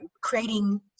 creating